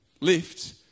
lift